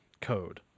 code